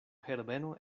herbeno